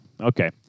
okay